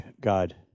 God